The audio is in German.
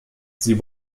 sie